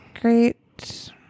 great